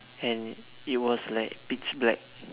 and it was like pitch black